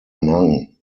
nang